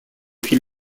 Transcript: fil